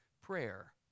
prayer